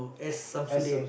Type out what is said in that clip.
S-Samsuddin